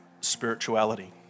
spirituality